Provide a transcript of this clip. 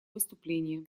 выступление